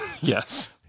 Yes